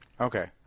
Okay